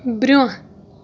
برٛۄنٛہہ